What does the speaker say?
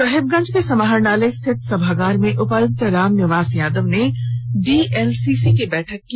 साहिबगंज के समाहरणालय स्थित सभागार में उपायुक्त राम निवास यादव ने डीएलसीसी की बैठक की